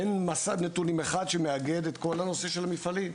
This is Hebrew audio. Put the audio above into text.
אין מסד נתונים אחד שמאגד את כל הנושא של המפעלים.